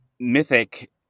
mythic